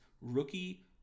rookie